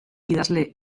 idazle